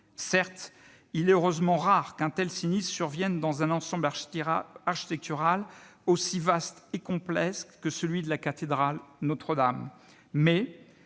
Certes, il est heureusement rare qu'un tel sinistre survienne dans un ensemble architectural aussi vaste et complexe que celui de la cathédrale Notre-Dame.